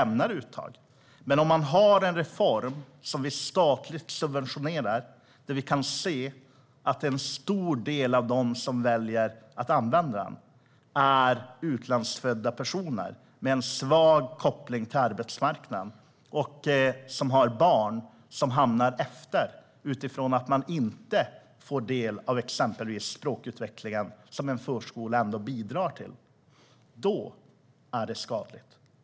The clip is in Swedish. Man har en reform som vi statligt subventionerar där vi kan se att en stor del av dem som väljer att använda den är utlandsfödda personer med en svag koppling till arbetsmarknaden. De har barn som hamnar efter utifrån att de inte får del av exempelvis språkutvecklingen som en förskola ändå bidrar till. Det är skadligt.